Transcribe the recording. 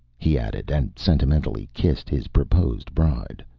he added, and sentimentally kissed his proposed bride.